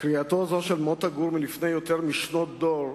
קריאתו זו של מוטה גור, מלפני יותר משנות דור,